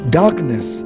darkness